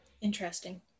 Interesting